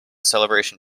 celebration